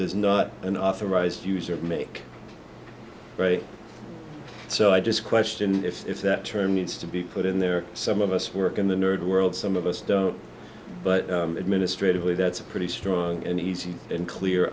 does not an authorized user make so i just question if that term needs to be put in there some of us work in the nerd world some of us don't but administratively that's a pretty strong and easy and clear